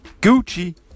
Gucci